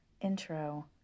intro